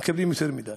מקבלים יותר מדי.